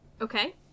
Okay